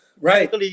Right